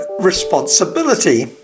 responsibility